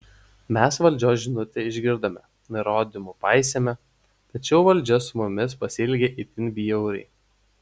mes valdžios žinutę išgirdome nurodymų paisėme tačiau valdžia su mumis pasielgė itin bjauriai